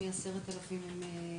אני אתן לך דוגמה אחת, ---,